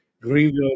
Greenville